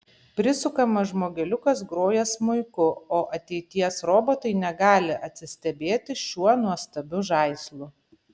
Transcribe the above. prisukamas žmogeliukas groja smuiku o ateities robotai negali atsistebėti šiuo nuostabiu žaislu